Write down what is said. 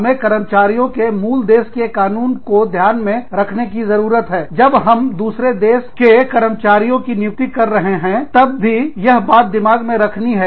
हमें कर्मचारियों के मूल देश की कानून को ध्यान मे रखने की जरूरत है जब हम दूसरे देश को के कर्मचारियों की नियुक्ति कर रहे हैं तब भी यह बात दिमाग में रखनी है